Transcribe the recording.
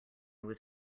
was